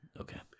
Okay